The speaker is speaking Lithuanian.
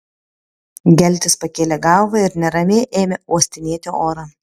geltis pakėlė galvą ir neramiai ėmė uostinėti orą